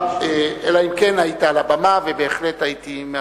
אלא אם כן היית על הבמה, בהחלט הייתי מאפשר,